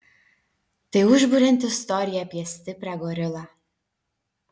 tai užburianti istorija apie stiprią gorilą